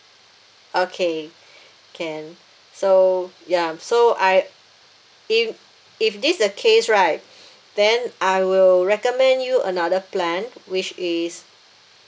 okay can so ya so I if if this the case right then I will recommend you another plan which is